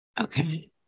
okay